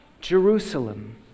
Jerusalem